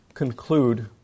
Conclude